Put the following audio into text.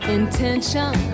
intention